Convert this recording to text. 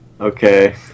Okay